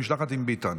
במשלחת עם ביטן,